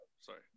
Sorry